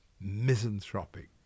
misanthropic